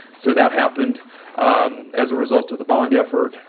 so that happened as a result of the bond effort.